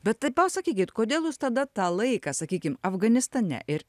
bet tai pasakykit kodėl tada tą laiką sakykim afganistane ir